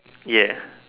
ya